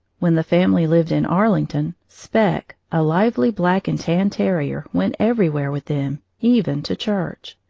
when the family lived in arlington, spec, a lively black and tan terrier, went everywhere with them, even to church.